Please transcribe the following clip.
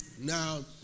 Now